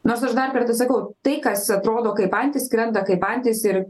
nors aš dar kartą sakau tai kas atrodo kaip antis skrenda kaip antis ir